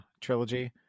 trilogy